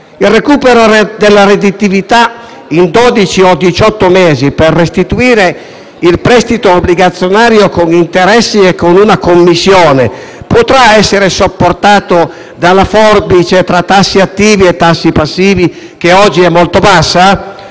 Il recupero della redditività in dodici o diciotto mesi, per restituire il prestito obbligazionario con interessi e una commissione, potrà essere sopportato dalla forbice tra tassi attivi e passivi, oggi molto bassa?